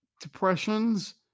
depressions